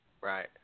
Right